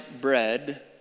bread